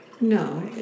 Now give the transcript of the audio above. No